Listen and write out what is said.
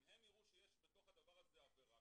אם הם יראו שיש בתוך הדבר הזה עבירה,